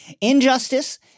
Injustice